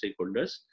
stakeholders